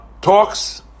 talks